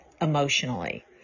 emotionally